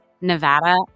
Nevada